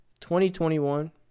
2021